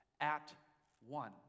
at-one